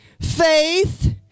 faith